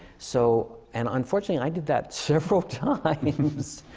so and unfortunately, i did that several times. like